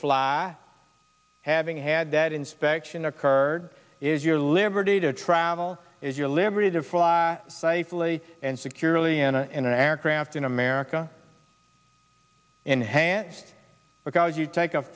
fly having had that inspection occurred is your liberty to travel is your liberty to fly safely and securely in a in an aircraft in america enhanced because you take a